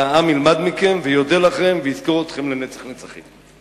והעם ילמד מכם ויודה לכם ויזכור אתכם לנצח נצחים.